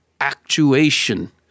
actuation